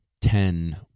ten